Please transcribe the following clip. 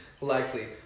Likely